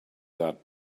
that